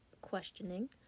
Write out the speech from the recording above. questioning